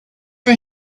for